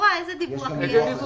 איזה דיווח?